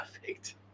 perfect